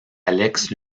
alex